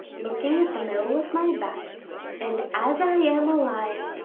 looking at the middle of my back and as i am alive,